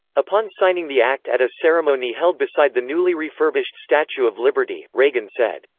upon signing the act at a ceremony held beside the newly refurbished statue of liberty, reagan said,